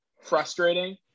frustrating